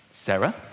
Sarah